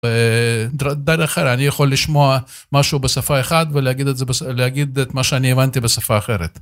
בדרך כלל אני יכול לשמוע משהו בשפה אחת ולהגיד את מה שאני הבנתי בשפה אחרת.